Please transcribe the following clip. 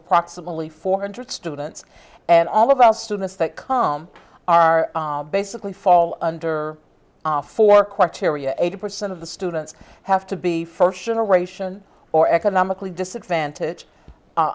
approximately four hundred students and all of our students that come are basically fall under for quite ceria eighty percent of the students have to be first generation or economically disadvantaged u